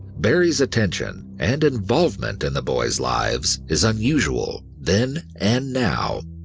barrie's attention and involvement in the boys' lives is unusual then and now.